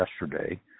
yesterday